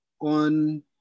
on